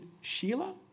Sheila